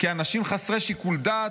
כאנשים חסרי שיקול דעת,